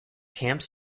camps